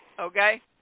Okay